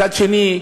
מצד שני,